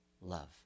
love